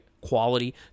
quality